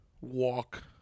walk